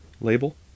label